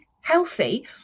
healthy